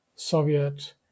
soviet